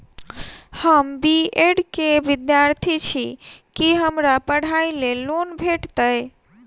हम B Ed केँ विद्यार्थी छी, की हमरा पढ़ाई लेल लोन भेटतय?